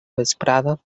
vesprada